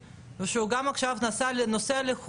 המשמעות היא שבעשירונים התחתונים כל